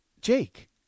Jake